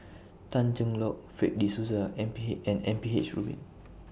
Tan Cheng Lock Fred De Souza M P H and M P H Rubin